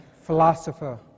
philosopher